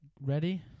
ready